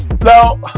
Now